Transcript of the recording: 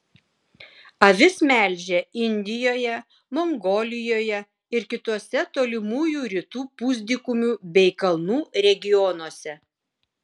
avis melžia indijoje mongolijoje ir kituose tolimųjų rytų pusdykumių bei kalnų regionuose